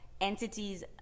entities